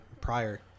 prior